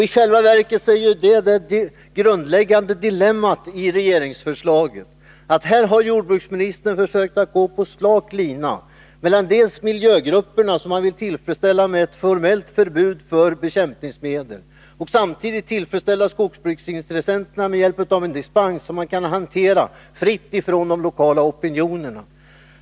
I själva verket är ju detta ett grundläggande dilemma i regeringsförslaget. Här har jordbruksministern försökt att gå på slak lina mellan dels miljögrupperna, som han vill tillfredsställa med ett formellt förbud mot spridning av bekämpningsmedel, dels samtidigt skogsbruksintressenterna, som han vill tillfredsställa med hjälp av en dispensmöjlighet som kan hanteras fritt oavsett de lokala opinionerna.